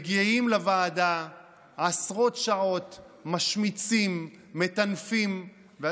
מגיעים לוועדה, עשרות שעות משמיצים, מטנפים.